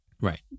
right